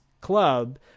club